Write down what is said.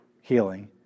healing